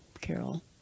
carol